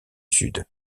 sud